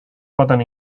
poden